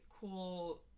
cool